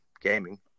gaming